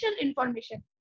information